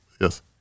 Yes